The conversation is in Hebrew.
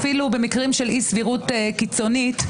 אפילו במקרים של אי-סבירות קיצונית.